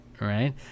Right